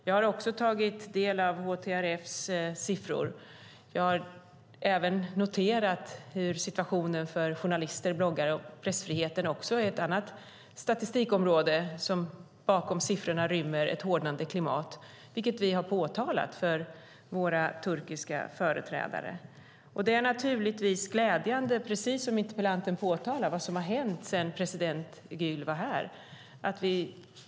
Jag har också tagit del av HTRF:s siffror och även noterat hur situationen är för journalister och bloggare. Pressfriheten är ett annat statistikområde som bakom siffrorna rymmer ett hårdnande klimat, vilket vi har påtalat för de turkiska företrädarna. Det är naturligtvis glädjande, som interpellanten påtalar, det som har hänt sedan president Gül var här.